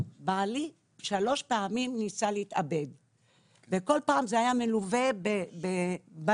ובעלי ניסה להתאבד שלוש פעמים וכל פעם זה היה מלווה בבלגן.